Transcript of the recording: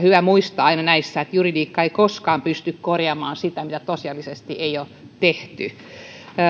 syytä muistaa aina näissä että juridiikka ei koskaan pysty korjaamaan sitä mitä tosiasiallisesti ei ole tehty